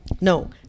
No